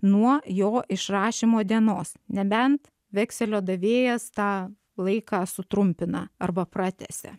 nuo jo išrašymo dienos nebent vekselio davėjas tą laiką sutrumpina arba pratęsia